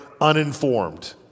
uninformed